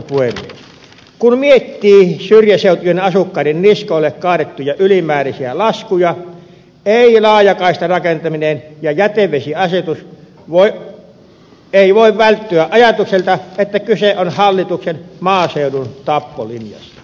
kun miettii syrjäseutujen asukkaiden niskoille kaadettuja ylimääräisiä laskuja peilaa ja taistella kääntäminen negatiivisia asioita vai ei voi välttyä ajatukselta että kyse on hallituksen maaseudun tappolinjasta